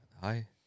Hi